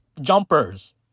jumpers